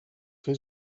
fer